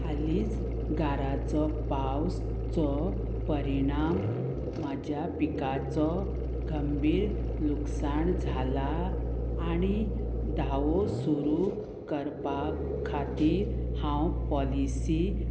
हालींच गाराचो पावसचो परिणाम म्हाज्या पिकाचो गंभीर लुकसाण जाला आणी धावो सुरू करपा खातीर हांव पॉलिसी